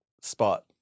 spot